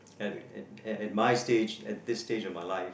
at at at at my stage at this stage of my life